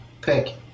pick